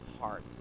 heart